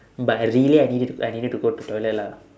but I really I needed I needed to go to the toilet lah